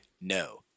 no